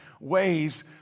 ways